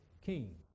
king